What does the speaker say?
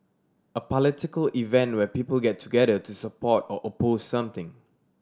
a political event where people get together to support or oppose something